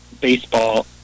baseball